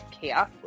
Chaos